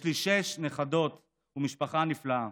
יש לי שש נכדות ומשפחה נפלאה".